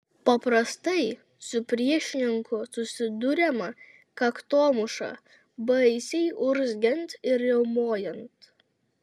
paprastai su priešininku susiduriama kaktomuša baisiai urzgiant ir riaumojant